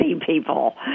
people